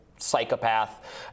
psychopath